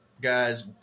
guys